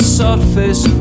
surface